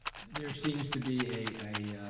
there seems to be a